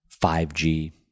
5G